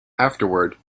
afterward